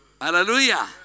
Hallelujah